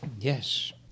Yes